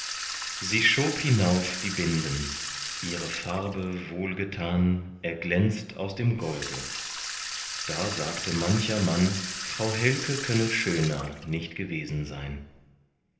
sie schob hinauf die binden ihre farbe wohlgetan erglänzt aus dem golde da sagte mancher mann frau helke könne schöner nicht gewesen sein